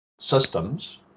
systems